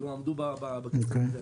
לא עמדו בקצב הזה.